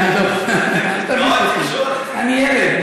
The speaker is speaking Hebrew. אל תביך אותי, אני ילד.